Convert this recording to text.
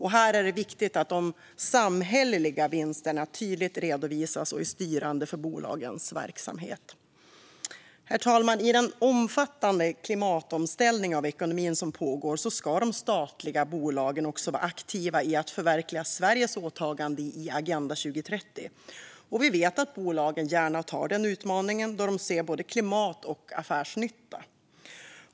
Här är det viktigt att de samhälleliga vinsterna tydligt redovisas och är styrande för bolagens verksamhet. Herr talman! I den omfattande klimatomställning av ekonomin som pågår ska de statliga bolagen vara aktiva i att förverkliga Sveriges åtagande i Agenda 2030. Vi vet att bolagen gärna tar den utmaningen då de ser både klimat och affärsnytta.